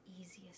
easiest